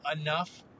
enough